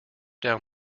down